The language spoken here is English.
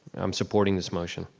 i'm supporting this motion.